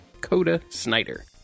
Coda-Snyder